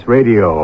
Radio